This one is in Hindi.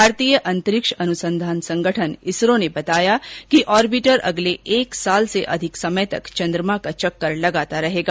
भारतीय अंतरिक्ष अनुसंधान संगठन इसरो ने बताया कि आर्बिटर अगले एक साल से अधिक समय तक चन्द्रमा का चक्कर लगाता रहेगा